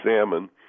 salmon